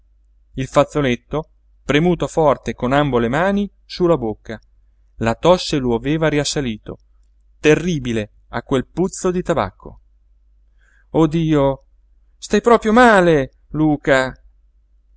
il fazzoletto premuto forte con ambo le mani su la bocca la tosse lo aveva riassalito terribile a quel puzzo di tabacco oh dio stai proprio male luca